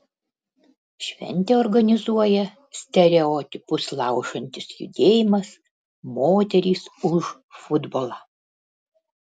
šventę organizuoja stereotipus laužantis judėjimas moterys už futbolą